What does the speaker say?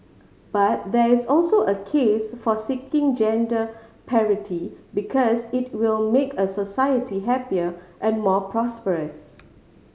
but there is also a case for seeking gender parity because it will make a society happier and more prosperous